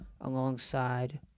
alongside